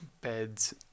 beds